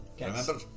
Remember